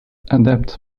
adapts